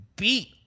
beat